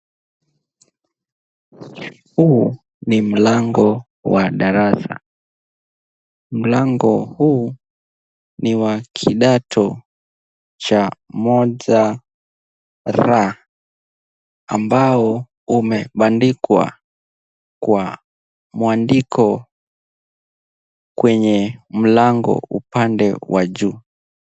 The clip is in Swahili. Huu ni mlango wa darasa. Mlango huu, ni wa kidato cha moja R ambao umebandikwa kwa mwandiko kwenye mlango upande wa juu.